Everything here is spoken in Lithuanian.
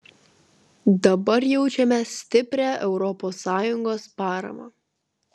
dabar jaučiame stiprią europos sąjungos paramą